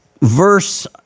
verse